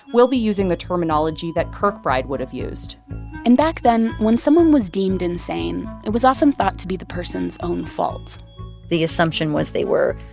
we'll be using the terminology that kirkbride would have used and back then, when someone was deemed insane, it was often thought to be the person's own fault the assumption was they were,